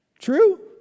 True